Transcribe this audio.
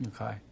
Okay